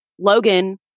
Logan